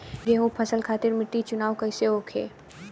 गेंहू फसल खातिर मिट्टी चुनाव कईसे होखे?